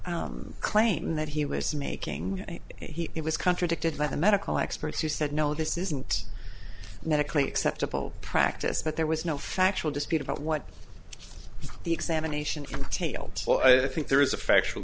claim that he was making it was contradicted by the medical experts who said no this isn't medically acceptable practice but there was no factual dispute about what the examination entailed well i think there is a factual